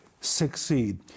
succeed